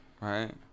right